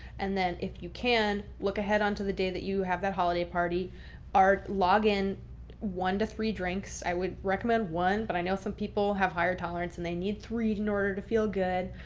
and then if you can, look ahead onto the day that you have that holiday party are login one to three drinks, i would recommend one. but i know some people have higher tolerance than they need. three in order to feel good.